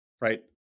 right